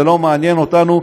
זה לא מעניין אותנו,